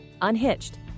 Unhitched